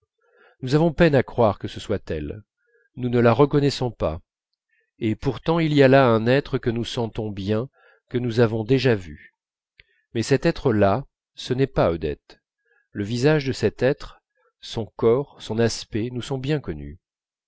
nous avons peine à croire que ce soit elle nous ne la reconnaissons pas et pourtant il y a là un être que nous sentons bien que nous avons déjà vu mais cet être-là ce n'est pas odette le visage de cet être son corps son aspect nous sont bien connus